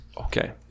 Okay